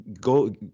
go